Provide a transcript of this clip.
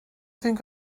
think